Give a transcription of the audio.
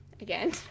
again